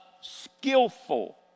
skillful